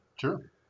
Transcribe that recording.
Sure